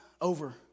over